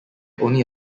only